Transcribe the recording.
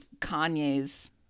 kanye's